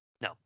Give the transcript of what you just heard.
No